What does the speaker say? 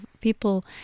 people